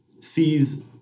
sees